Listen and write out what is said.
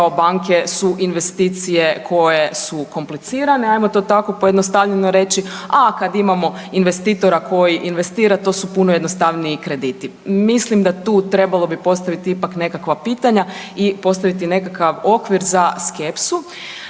rekao banke su investicije koje su komplicirane, ajmo to tako pojednostavljeno reći, a kada imamo investitora koji investira to su puno jednostavniji krediti. Mislim da tu trebalo bi postaviti ipak nekakva pitanja i postaviti nekakav okvir za skepsu.